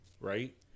right